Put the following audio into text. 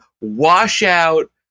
Washout